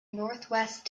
northwest